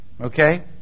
Okay